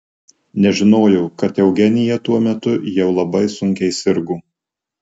nežinojo kad eugenija tuo metu jau labai sunkiai sirgo